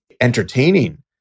entertaining